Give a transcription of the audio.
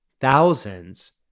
thousands